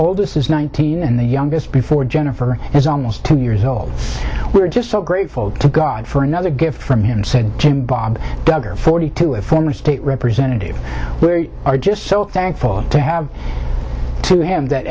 oldest is nineteen and the youngest before jennifer is almost two years old we are just so grateful to god for another gift from him said jim bob duggar forty two a former state representative we are just so thankful to have to have that